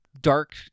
dark